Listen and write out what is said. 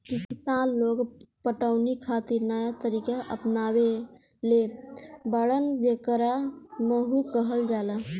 किसान लोग पटवनी खातिर नया तरीका अपनइले बाड़न जेकरा मद्दु कहल जाला